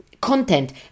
content